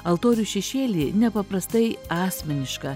altorių šešėly nepaprastai asmeniška